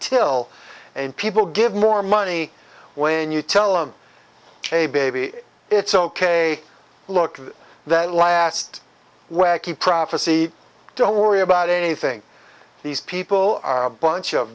till and people give more money when you tell him hey baby it's ok look at that last wacky prophecy don't worry about a thing these people are a bunch of